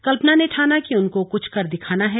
कल्पना ने ठाना कि उनको कुछ कर दिखाना है